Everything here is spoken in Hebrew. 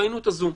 ראינו את הזום.